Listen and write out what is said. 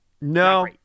No